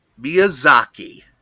Miyazaki